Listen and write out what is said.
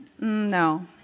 no